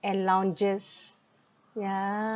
and lounges yeah